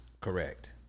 correct